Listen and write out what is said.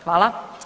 Hvala.